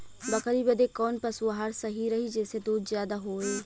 बकरी बदे कवन पशु आहार सही रही जेसे दूध ज्यादा होवे?